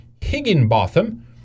Higginbotham